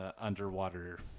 underwater